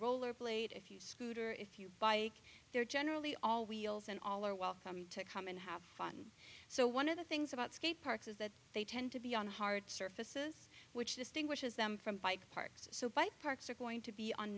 roller blade if you scooter if you bike they're generally all wheels and all are welcome to come and have fun so one of the things about skate parks is that they tend to be on hard surfaces which distinguishes them from bike parks so by parks are going to be on